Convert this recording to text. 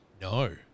No